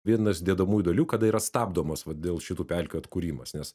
vienas dedamųjų dalių kada yra stabdomas vat dėl šitų pelkių atkūrimas nes